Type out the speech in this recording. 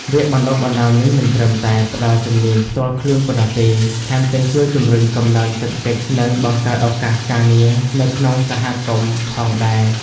វគ្គបណ្តុះបណ្តាលនេះមិនត្រឹមតែផ្តល់ជំនាញផ្ទាល់ខ្លួនប៉ុណ្ណោះទេ ថែមទាំងជួយជំរុញកំណើនសេដ្ឋកិច្ច និងបង្កើតឱកាសការងារនៅក្នុងសហគមន៍ផងដែរ។